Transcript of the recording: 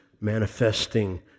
manifesting